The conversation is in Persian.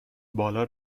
بالا